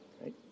right